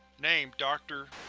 name dr.